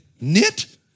Knit